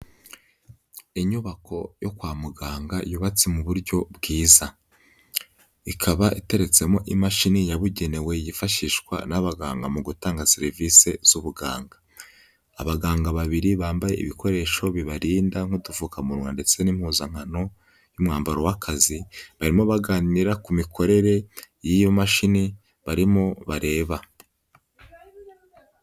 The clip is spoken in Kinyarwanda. Inyubako yo kwa muganga yubatse mu buryo bwiza, ikaba iteretsemo imashini yabugenewe yifashishwa n'abaganga mu gutanga serivise z'ubuganga, abaganga babiri bambaye ibikoresho bibarinda nk'udupfukamunwa ndetse n'impuzankano y'umwambaro w'akazi barimo baganira ku mikorere y'iyo mashini barimo bareba.